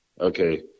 okay